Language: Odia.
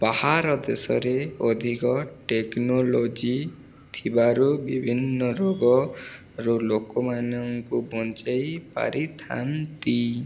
ବାହାର ଦେଶରେ ଅଧିକ ଟେକ୍ନୋଲୋଜି ଥିବାରୁ ବିଭିନ୍ନ ରୋଗ ରୁ ଲୋକମାନଙ୍କୁ ବଞ୍ଚେଇ ପାରିଥାନ୍ତି